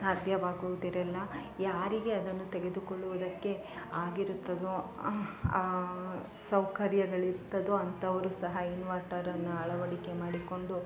ಸಾಧ್ಯವಾಗುವುದಿಲ್ಲ ಯಾರಿಗೆ ಅದನ್ನು ತೆಗೆದುಕೊಳ್ಳುವುದಕ್ಕೆ ಆಗಿರುತ್ತದೊ ಸೌಕರ್ಯಗಳಿರ್ತದೊ ಅಂಥವರು ಸಹ ಇನ್ವರ್ಟರನ್ನು ಅಳವಡಿಕೆ ಮಾಡಿಕೊಂಡು